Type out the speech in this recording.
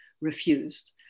refused